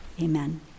amen